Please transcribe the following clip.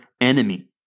enemy